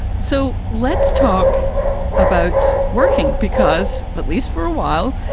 so let's talk about working because at least for a while,